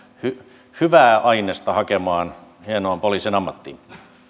hyvää hyvää ainesta hakemaan hienoon poliisin ammattiin